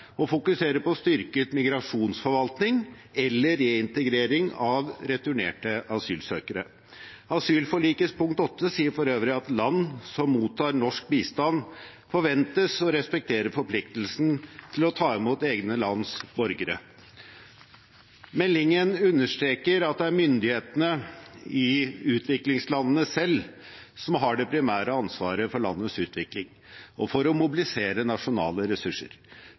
å fokusere på styrket migrasjonsforvaltning eller reintegrering av returnerte asylsøkere. Asylforlikets punkt 8 sier for øvrig at land som mottar norsk bistand, forventes å respektere forpliktelsen til å ta imot egne lands borgere. Meldingen understreker at det er myndighetene i utviklingslandene selv som har det primære ansvaret for landets utvikling og for å mobilisere nasjonale ressurser.